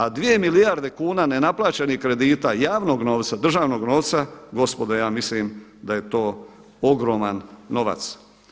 A 2 milijarde kuna nenaplaćenih kredita javnog novca, državnog novca, gospodo ja mislim da je to ogroman novac.